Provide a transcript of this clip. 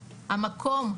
המקום,